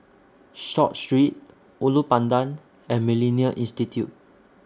Short Street Ulu Pandan and Millennia Institute